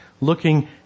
looking